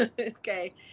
Okay